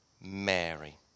Mary